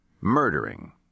murdering